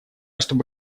чтобы